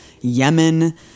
Yemen